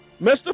Mr